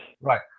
Right